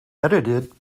edited